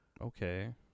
Okay